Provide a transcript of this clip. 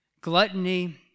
gluttony